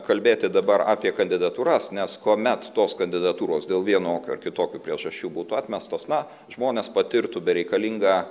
kalbėti dabar apie kandidatūras nes kuomet tos kandidatūros dėl vienokių ar kitokių priežasčių būtų atmestos na žmonės patirtų bereikalingą